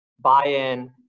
buy-in